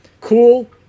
cool